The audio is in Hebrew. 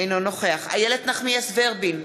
אינו נוכח איילת נחמיאס ורבין,